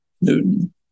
Newton